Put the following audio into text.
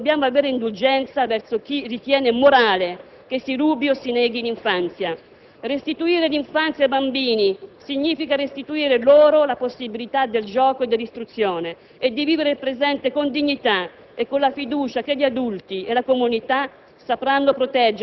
Per questo non dobbiamo avere indulgenza verso chi ritiene morale che si rubi o si neghi l'infanzia. Restituire l'infanzia ai bambini significa restituire loro la possibilità del gioco e dell'istruzione e di vivere il presente con dignità e con la fiducia che gli adulti e la comunità sapranno